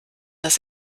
das